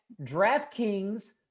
DraftKings